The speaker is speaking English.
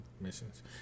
missions